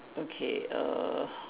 okay err